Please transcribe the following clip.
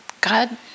God